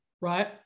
right